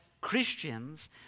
Christians